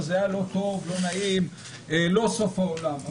זה היה לא טוב ולא נעים אבל לא סוף העולם.